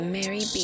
Mary